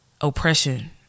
oppression